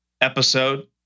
episode